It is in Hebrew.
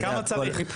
כמה צריך?